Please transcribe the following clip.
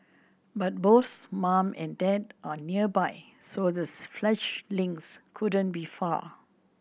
but both mum and dad are nearby so the fledglings couldn't be far